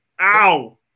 Ow